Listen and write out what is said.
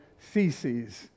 Theses